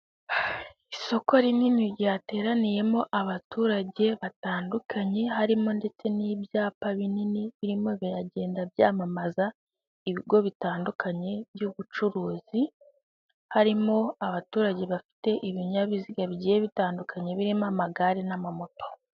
Isoko rinini ryateraniyemo abaturage batandukanye harimo ndetse n'ibyapa binini birimo biragenda byamamaza ibigo bitandukanye by'ubucuruzi, harimo abaturage bafite ibinyabiziga bigiye bitandukanye birimo amagare n'amamoto.